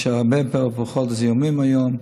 יש הרבה פחות זיהומים היום.